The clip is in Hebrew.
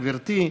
גברתי,